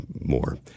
more